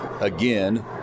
again